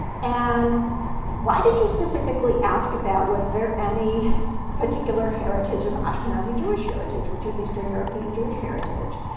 and why did you specifically ask about was there any particular heritage of ashkenazi jewish heritage, which was eastern european jewish heritage.